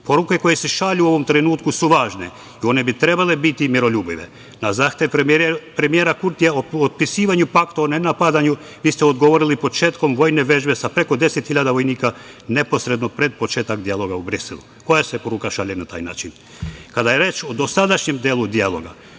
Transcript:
Poruke koje se šalju u ovom trenutku su važne i one bi trebale biti miroljubive. Na zahtev premijera Kurtija o potpisivanju pakta o nenapadanju vi ste odgovorili početkom vojne vežbe sa preko 10.000 vojnika neposredno pred početak dijaloga u Briselu. Koja se poruka šalje na taj način? Kada je reč o dosadašnjim delu dijaloga,